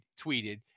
tweeted